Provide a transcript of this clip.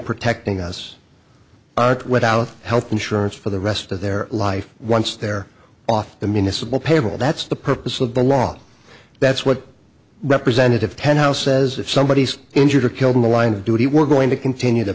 protecting us aren't without health insurance for the rest of their life once they're off the municipal payroll that's the purpose of the law and that's what representative ten house says if somebody is injured or killed in the line of duty we're going to continue to